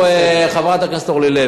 אני אומר לך עוד משהו, חברת הכנסת אורלי לוי.